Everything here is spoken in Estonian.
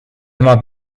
tema